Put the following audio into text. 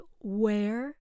where